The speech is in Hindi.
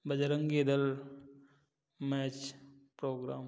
Bajrangi Dal match programme